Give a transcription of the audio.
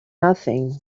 nothing